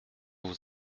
vous